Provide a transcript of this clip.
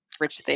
rich